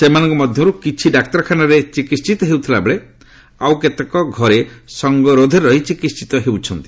ସେମାନଙ୍କ ମଧ୍ୟରୁ କିଛି ଡାକ୍ତରଖାନାରେ ଚିକିିିତ ହେଉଥିଲାବେଳେ ଆଉ କେତେକ ଘରେ ସଙ୍ଗରୋଧରେ ରହି ଚିକିିିିତ ହେଉଛନ୍ତି